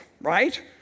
right